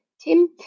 Tim